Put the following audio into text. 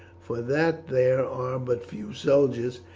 for that there are but few soldiers,